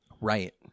Right